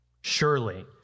Surely